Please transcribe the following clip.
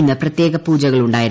ഇന്ന് പ്രത്യേക പൂജകൾ ഉണ്ടായിരുന്നു